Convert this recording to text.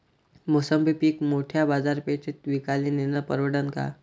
मोसंबी पीक मोठ्या बाजारपेठेत विकाले नेनं परवडन का?